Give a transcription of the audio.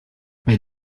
bei